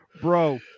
bro